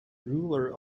ruler